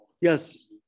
Yes